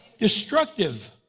Destructive